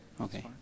Okay